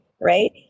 right